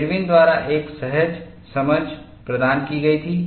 इरविनIRWIN'S द्वारा एक सहज समझ प्रदान की गई थी